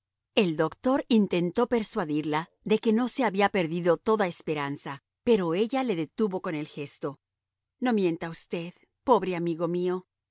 el doctor intentó persuadirla de que no se había perdido toda esperanza pero ella le detuvo con el gesto no mienta usted pobre amigo mío